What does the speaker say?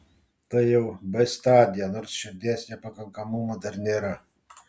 tai jau b stadija nors širdies nepakankamumo dar nėra